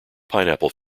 pineapple